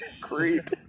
creep